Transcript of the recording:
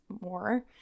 more